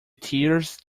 tears